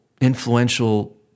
influential